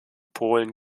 polen